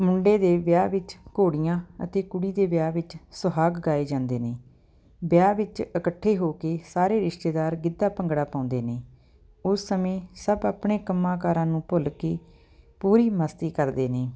ਮੁੰਡੇ ਦੇ ਵਿਆਹ ਵਿੱਚ ਘੋੜੀਆਂ ਅਤੇ ਕੁੜੀ ਦੇ ਵਿਆਹ ਵਿੱਚ ਸੁਹਾਗ ਗਾਏ ਜਾਂਦੇ ਨੇ ਵਿਆਹ ਵਿੱਚ ਇਕੱਠੇ ਹੋ ਕੇ ਸਾਰੇ ਰਿਸ਼ਤੇਦਾਰ ਗਿੱਧਾ ਭੰਗੜਾ ਪਾਉਂਦੇ ਨੇ ਉਸ ਸਮੇਂ ਸਭ ਆਪਣੇ ਕੰਮਾਂ ਕਾਰਾਂ ਨੂੰ ਭੁੱਲ ਕੇ ਪੂਰੀ ਮਸਤੀ ਕਰਦੇ ਨੇ